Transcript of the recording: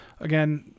again